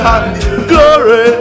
Glory